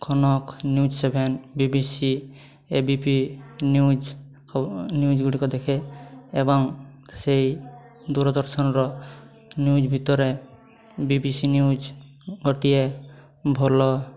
Kanak news seven B B C A B P news ଖ news ଗୁଡ଼ିକ ଦେଖେ ଏବଂ ସେଇ ଦୂରଦର୍ଶନର ନ୍ୟୁଜ୍ ଭିତରେ ବି ବି ସି ନ୍ୟୁଜ୍ ଗୋଟିଏ ଭଲ